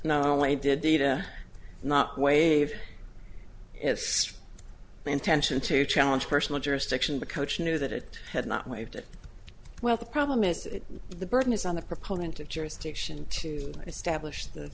data not waive its intention to challenge personal jurisdiction the coach knew that it had not waived it well the problem is that the burden is on the proponent of jurisdiction to establish the